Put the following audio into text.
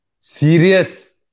Serious